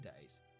days